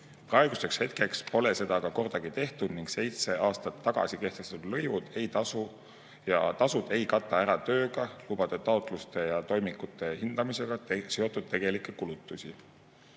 Praeguseks pole seda aga kordagi tehtud ning seitse aastat tagasi kehtestatud lõivud ja tasud ei kata ära tööga, lubade taotluste ja toimikute hindamisega seotud tegelikke kulutusi. Tööstust